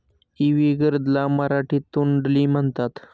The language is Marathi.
इवी गर्द ला मराठीत तोंडली म्हणतात